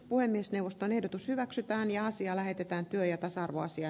puhemiesneuvoston ehdotus hyväksytään ja asia lähetetään työ ja tasa arvoisia